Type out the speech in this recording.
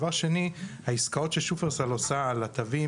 דבר שני: העסקאות ששופרסל עושה על התווים